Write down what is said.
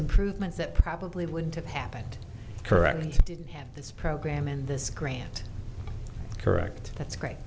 improvements that probably wouldn't have happened correct and didn't have this program and this grant correct that's great